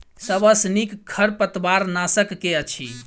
सबसँ नीक खरपतवार नाशक केँ अछि?